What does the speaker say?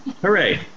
Hooray